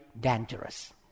dangerous